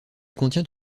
contient